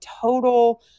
total